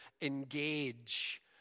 engage